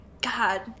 God